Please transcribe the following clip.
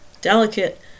delicate